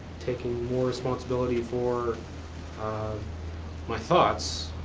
taking more responsibility for um my thoughts,